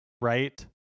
right